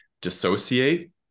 Dissociate